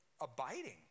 abiding